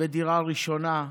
בדירה ראשונה,